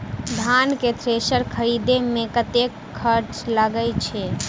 धान केँ थ्रेसर खरीदे मे कतेक खर्च लगय छैय?